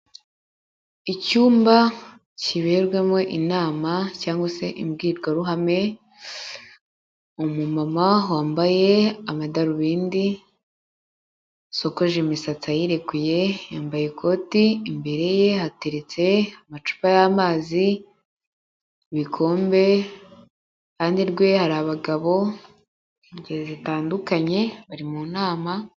Icyumba kiberwemo inama cyangwa se imbwirwaruhame, umumama wambaye amadarubindi wasokoje imisatsi ayirekuye, yambaye ikoti imbere ye hateretse amacupa y'amazi, ibikombe, iruhande rwe hari abagabo ingeri zitandukanye bari mu nama.